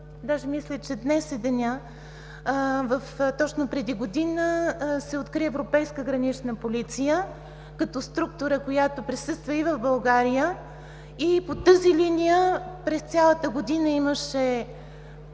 даже мисля, че днес е денят, точно преди година се откри Европейска гранична полиция, като структура, която присъства и в България и по тази линия през цялата година имаше